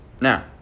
Now